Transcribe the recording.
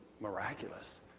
miraculous